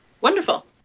Wonderful